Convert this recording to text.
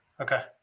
Okay